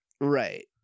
Right